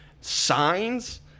Signs